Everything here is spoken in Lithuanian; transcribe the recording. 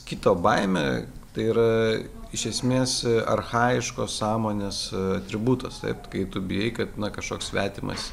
kito baimė tai yra iš esmės archajiškos sąmonės atributas taip kai tu bijai kad kažkoks svetimas